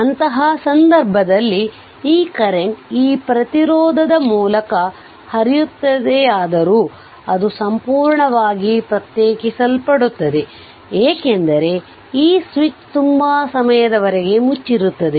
ಅಂತಹ ಸಂದರ್ಭದಲ್ಲಿ ಈ ಕರೆಂಟ್ ಈ ಪ್ರತಿರೋಧದ ಮೂಲಕ ಹರಿಯುತ್ತದೆಯಾದರೂ ಅದು ಸಂಪೂರ್ಣವಾಗಿ ಪ್ರತ್ಯೇಕಿಸಲ್ಪಡುತ್ತದೆ ಏಕೆಂದರೆ ಈ ಸ್ವಿಚ್ ತುಂಬಾ ಸಮಯದ ವರೆಗೆ ಮುಚ್ಚಿರುತ್ತದೆ